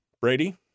Brady